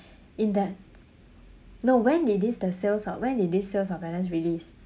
in that no when did this the sales of when did this sales of balance released